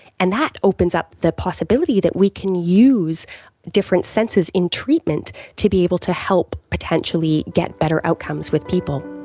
and that opens up the possibility that we can use different senses in treatment to be able to help potentially get better outcomes with people.